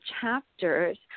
chapters